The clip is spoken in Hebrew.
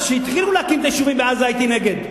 כשהתחילו להקים את היישובים בעזה הייתי נגד.